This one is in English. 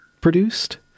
produced